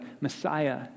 Messiah